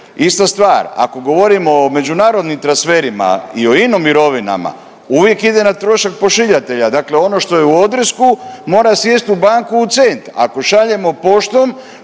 Ista stvar, ako govorimo o međunarodnim transferima i o ino-mirovinama, uvijek ide na trošak pošiljatelja, dakle ono što je u odresku, mora sjesti u banku u cent. Ako šaljemo poštom,